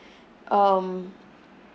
um